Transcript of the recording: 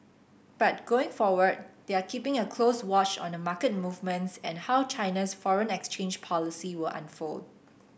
but going forward they are keeping a close watch on market movements and how China's foreign exchange policy will unfold